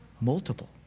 Multiple